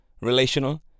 relational